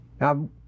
Now